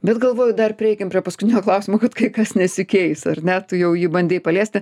bet galvoju dar prieikim prie paskutinio klausimo kad kai kas nesikeis ar ne tu jau ji bandei paliesti